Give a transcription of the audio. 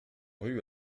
rue